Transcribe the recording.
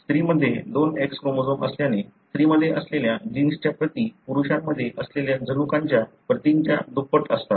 स्त्रीमध्ये दोन X chromosomes असल्याने स्त्रीमध्ये असलेल्या जीन्सच्या प्रती पुरुषांमध्ये असलेल्या जनुकांच्या प्रतींच्या दुप्पट असतात